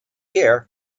here